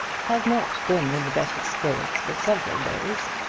had not been in the best of spirits for several days,